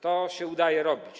To się udaje robić.